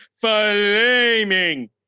flaming